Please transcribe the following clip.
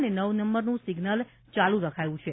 અને નવ નંબરનું સિગ્નલ ચાલુ રખાયું છે